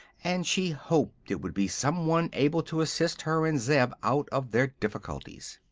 and she hoped it would be some one able to assist her and zeb out of their difficulties.